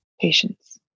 Patience